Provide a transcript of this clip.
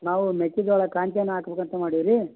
ನಾವು ಮೆಕ್ಕೆಜೋಳ ಕಾಂಚನ ಹಾಕಬೇಕಂತ ಮಾಡೀವಿ ರೀ